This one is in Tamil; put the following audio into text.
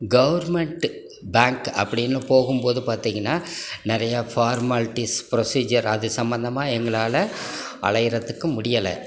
கவர்மென்ட் பேங்க் அப்படின்னு போகும்போது பார்த்தீங்கன்னா நிறைய ஃபார்மாலிட்டீஸ் ப்ரொசீஜர் அது சம்மந்தமாக எங்களாலே அலையறதுக்கு முடியலை